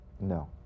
No